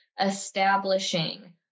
establishing